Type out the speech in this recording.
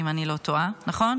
נכון?